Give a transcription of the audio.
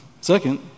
Second